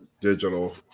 digital